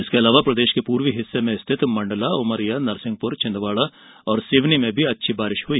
इसके अलावा प्रदेश के पूर्वी हिस्से में स्थिति मंडला उमरिया नरसिंहपुर छिंदवाड़ा और सिवनी में भी अच्छी बारिश हई